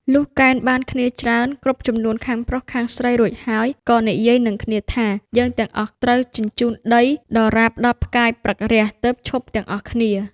លុះកេណ្ឌបានគ្នាច្រើន គ្រប់ចំនួនខាងប្រុស-ខាងស្រីរួចហើយ ក៏និយាយនិងគ្នាថា «យើងទាំងអស់ត្រូវជញ្ជូនដីដរាបដល់ផ្កាយព្រឹករះ ទើបឈប់ទាំងអស់គ្នា។